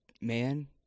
man